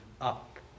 up